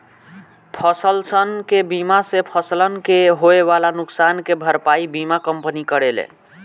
फसलसन के बीमा से फसलन के होए वाला नुकसान के भरपाई बीमा कंपनी करेले